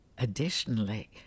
Additionally